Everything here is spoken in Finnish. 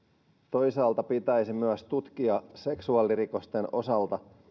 toisaalta pitäisi myös tutkia seksuaalirikosten osalta